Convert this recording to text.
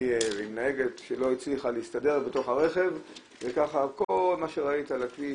נהגת שלא הצליחה להסתדר בתוך הרכב וככה כל מה שראית על הכביש,